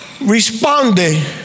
responded